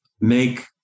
make